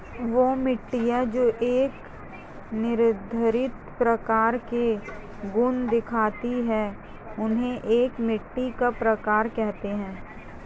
वह मिट्टियाँ जो एक निर्धारित प्रकार के गुण दिखाती है उन्हें एक मिट्टी का प्रकार कहते हैं